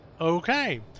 Okay